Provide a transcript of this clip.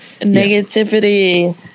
Negativity